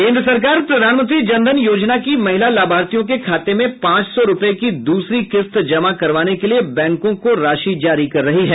केन्द्र सरकार प्रधानमंत्री जनधन योजना की महिला लाभार्थियों के खाते में पांच सौ रुपये की दूसरी किस्त जमा करवाने के लिए बैंकों को राशि जारी कर रही है